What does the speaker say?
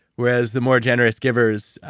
whereas, the more generous givers,